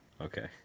okay